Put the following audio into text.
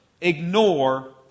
ignore